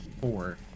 four